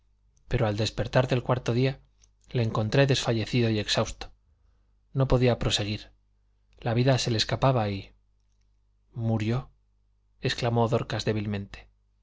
pero al despertar del cuarto día le encontré desfallecido y exhausto no podía proseguir la vida se le escapaba y murió exclamó dorcas débilmente